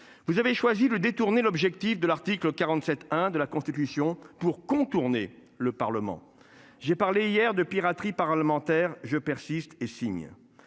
Vous avez choisi de détourner l'objectif de l'article 47 1 de la Constitution pour contourner le Parlement. J'ai parlé hier de piraterie parlementaire je persiste et signe.